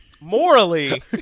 morally